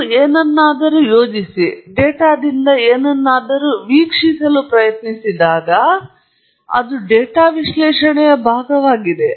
ನೀವು ಏನನ್ನಾದರೂ ಯೋಜಿಸಿ ಡೇಟಾದಿಂದ ಏನನ್ನಾದರೂ ವೀಕ್ಷಿಸಲು ಪ್ರಯತ್ನಿಸಿದಾಗ ಇದು ಡೇಟಾ ವಿಶ್ಲೇಷಣೆಯ ಭಾಗವಾಗಿದೆ